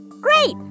Great